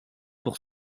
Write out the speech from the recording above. pour